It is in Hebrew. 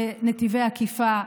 לנתיבי עקיפה,